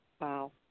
Wow